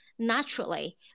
naturally